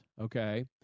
Okay